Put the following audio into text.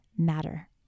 matter